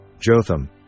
Jotham